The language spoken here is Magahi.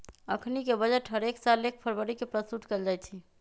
अखनीके बजट हरेक साल एक फरवरी के प्रस्तुत कएल जाइ छइ